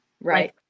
Right